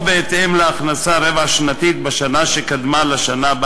או בהתאם להכנסה רבע-שנתית בשנה שקדמה לשנה שבה